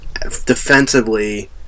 defensively